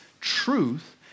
truth